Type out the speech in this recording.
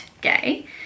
gay